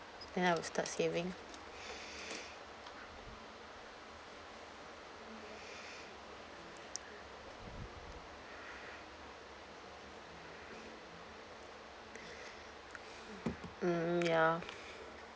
then I will start saving mm ya